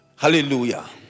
Hallelujah